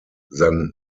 than